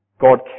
God